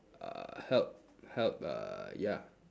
uh help help uh ya